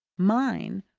mine,